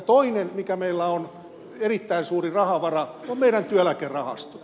toinen mikä meillä on erittäin suuri rahavara on meidän työeläkerahastot